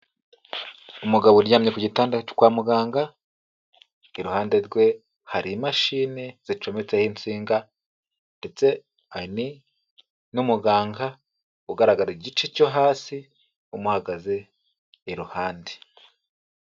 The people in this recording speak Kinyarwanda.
Umugabo uryamye ku gitanda cyo kwa muganga, iruhande rwe hari imashini zicometseho insinga ndetse hari n'umuganga ugaragara igice cyo hasi umuhagaze iruhande.